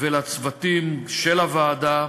ולצוותים של הוועדה,